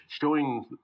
showing